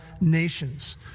nations